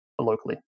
locally